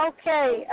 Okay